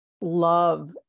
love